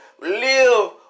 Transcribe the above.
live